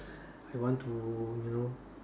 I want to you know